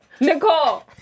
Nicole